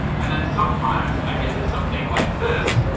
and then sometimes i get to something like this,